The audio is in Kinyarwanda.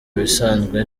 bisanzwe